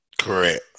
Correct